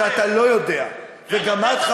וגם את,